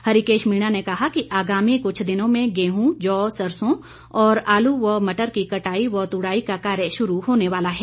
हरिकेश मीणा ने कहा कि आगामी कुछ दिनों में गेंहू जौ सरसों और आलू व मटर की कटाई व तुडाई का कार्य शुरू होने वाला है